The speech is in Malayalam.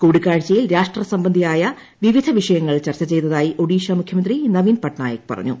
കൂടിക്കാഴ്ചയിൽ രാഷ്ട്ര സംബന്ധിയായ വിവിധ വിഷയങ്ങൾ ചർച്ച ചെയ്തതായി ഒഡീഷ മുഖ്യമന്ത്രി നവീൻ പട്നായിക് പറഞ്ഞു